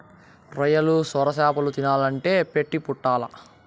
రొయ్యలు, సొరచేపలు తినాలంటే పెట్టి పుట్టాల్ల